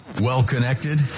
Well-connected